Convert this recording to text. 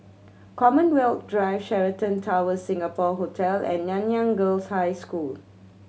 Commonwealth Drive Sheraton Towers Singapore Hotel and Nanyang Girls' High School